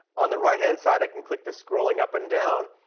on the right hand side, i can click the scrolling up and down.